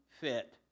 fit